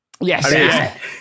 Yes